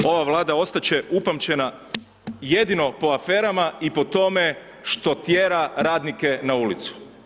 Ova Vlada ostat će upamćena jedino po aferama i po tome što tjera radnike na ulicu.